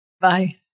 Bye